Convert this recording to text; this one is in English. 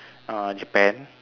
ah Japan